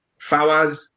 Fawaz